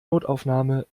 notaufnahme